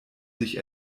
sich